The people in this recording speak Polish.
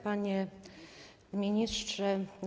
Panie Ministrze!